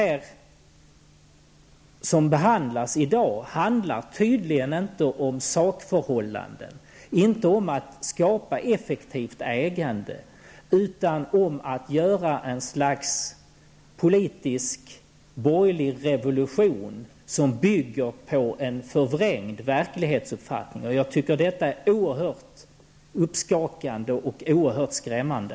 Det som behandlas i dag handlar tydligen inte om sakförhållanden och inte om att skapa effektivt ägande utan om att göra ett slags politisk borgerlig revolution som bygger på en förvrängd verklighetsuppfattning. Jag tycker att detta är oerhört uppskakande och skrämmande.